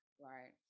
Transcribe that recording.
Right